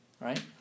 Right